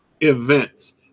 events